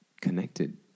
connected